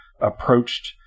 approached